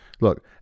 look